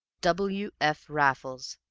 w. f. raffles!